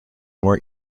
more